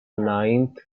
ninth